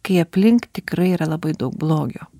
kai aplink tikrai yra labai daug blogio